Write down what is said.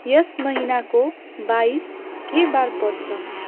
यस महिनाको बाइस के बार पर्छ